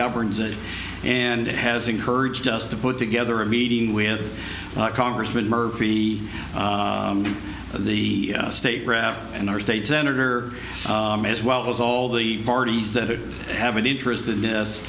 governs it and it has encouraged us to put together a meeting with congressman murphy the state rep and our state senator as well as all the parties that have an interest in this